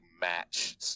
match